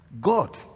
God